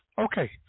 okay